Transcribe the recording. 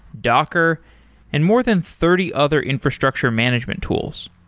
docker and more than thirty other infrastructure management tools.